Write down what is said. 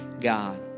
God